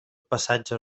passatge